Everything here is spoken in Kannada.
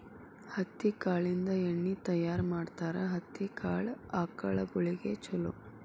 ಹತ್ತಿ ಕಾಳಿಂದ ಎಣ್ಣಿ ತಯಾರ ಮಾಡ್ತಾರ ಹತ್ತಿ ಕಾಳ ಆಕಳಗೊಳಿಗೆ ಚುಲೊ